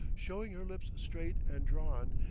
showing her lips straight and drawn,